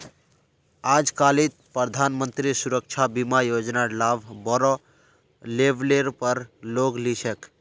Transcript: आजकालित प्रधानमंत्री सुरक्षा बीमा योजनार लाभ बोरो लेवलेर पर लोग ली छेक